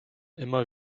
immer